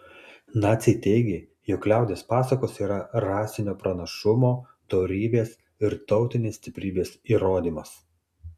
naciai teigė jog liaudies pasakos yra rasinio pranašumo dorybės ir tautinės stiprybės įrodymas